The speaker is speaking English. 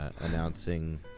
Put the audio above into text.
announcing